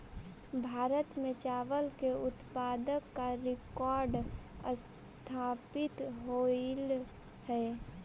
भारत में चावल के उत्पादन का रिकॉर्ड स्थापित होइल हई